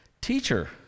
Teacher